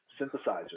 synthesizer